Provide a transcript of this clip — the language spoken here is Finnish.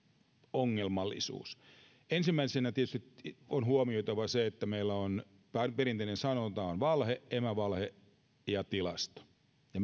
ongelmallisuus ensimmäisenä tietysti on huomioitava se että perinteinen sanonta on valhe emävalhe ja tilasto ja